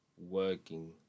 working